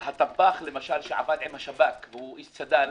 למשל הטבח שעבד עם השב"כ והוא איש צד"ל